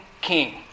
King